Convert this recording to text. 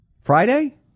Friday